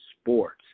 sports